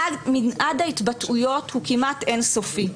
מנעד ההתבטאויות הוא כמעט אינסופי.